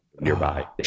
nearby